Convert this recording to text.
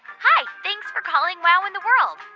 hi. thanks for calling wow in the world.